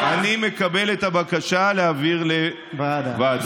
אני מקבל את הבקשה להעביר לוועדה.